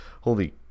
Holy